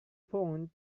phoned